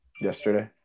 Yesterday